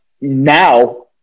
now